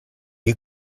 you